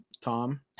tom